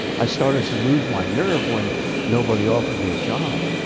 i started to lose my nerve when nobody offered me a job.